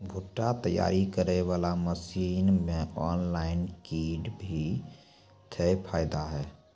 भुट्टा तैयारी करें बाला मसीन मे ऑनलाइन किंग थे फायदा हे?